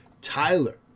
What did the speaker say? Tyler